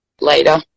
later